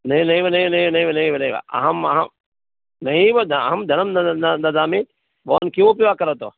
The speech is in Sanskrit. नै नैव नैव नै नैव नैव नैव अहमहं नैव अहं धनं न ददामि भवान् किमपि वा करोतु